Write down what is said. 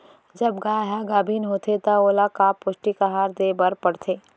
जब गाय ह गाभिन होथे त ओला का पौष्टिक आहार दे बर पढ़थे?